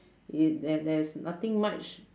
y~ there there's nothing much